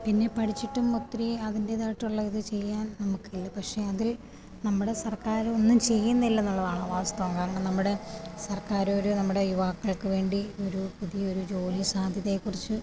പിന്നെ പഠിച്ചിട്ടും ഒത്തിരി അതിൻ്റെതായിട്ടുള്ളയിത് ചെയ്യാൻ നമുക്കില്ല പക്ഷെ അതിൽ നമ്മുടെ സർക്കാർ ഒന്നും ചെയ്യുന്നില്ലെന്നുള്ളതാണ് വാസ്തവം കാരണം നമ്മുടെ സർക്കാരൊരു നമ്മുടെ യുവാക്കൾക്ക് വേണ്ടി ഒരു പുതിയൊരു ജോലി സാധ്യതയെക്കുറിച്ച്